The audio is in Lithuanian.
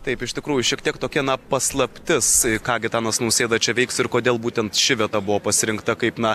taip iš tikrųjų šiek tiek tokia na paslaptis ką gitanas nausėda čia veiks ir kodėl būtent ši vieta buvo pasirinkta kaip na